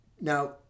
now